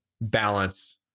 balance